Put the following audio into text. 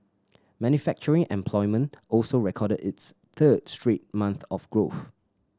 manufacturing employment also recorded its third straight month of growth